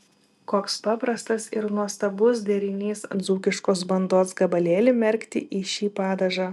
koks paprastas ir nuostabus derinys dzūkiškos bandos gabalėlį merkti į šį padažą